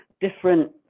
different